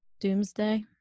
doomsday